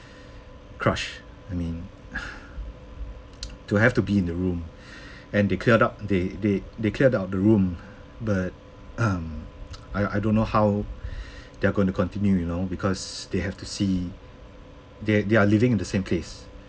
crushed I mean to have to be in the room and they cleared up they they they cleared up the room but um I I don't how they're gonna continue you know because they have to see they they're living in the same place